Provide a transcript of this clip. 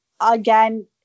again